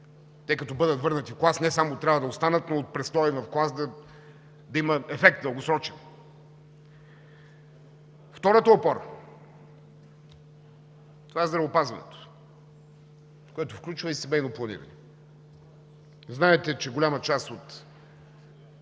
Те като бъдат върнати в клас не само трябва да останат, но от престоя им в клас да има дългосрочен ефект. Втората опора – това е здравеопазването, което включва и семейно планиране. Знаете, че голяма част от